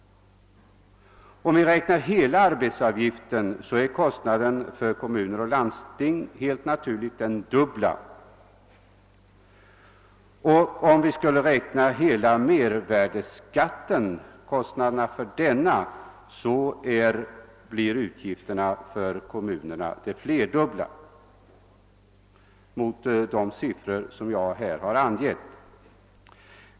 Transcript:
Om vi räknar hela arbetsgivaravgiften så är kostnaderna för kommuner och landsting helt naturligt de dubbla, och om vi skulle räkna hela mervärdeskatten och kostnaderna för denna, blir utgifterna för kommunerna de flerdubbla mot de siffror jag här har angivit.